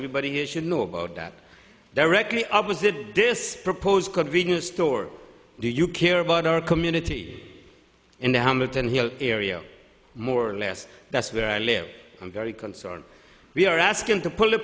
everybody here should know about that directly opposite this proposed convenience store do you care about our community in the hamilton hill area more or less that's where i live i'm very concerned we are asking to pull a